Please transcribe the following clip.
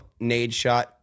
Nadeshot